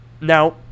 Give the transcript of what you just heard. Now